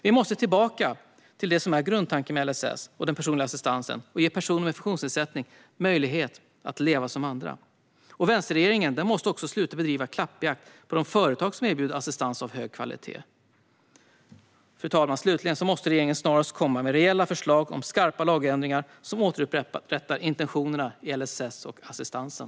Vi måste tillbaka till det som är grundtanken med LSS och den personliga assistansen: att ge personer med funktionsnedsättning möjlighet att leva som andra. Vänsterregeringen måste också sluta bedriva klappjakt på de företag som erbjuder assistans av hög kvalitet. Slutligen, fru talman, måste regeringen snarast komma med reella förslag om skarpa lagändringar som återupprättar intentionerna i LSS och assistansen.